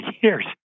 years